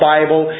Bible